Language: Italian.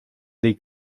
dei